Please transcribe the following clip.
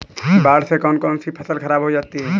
बाढ़ से कौन कौन सी फसल खराब हो जाती है?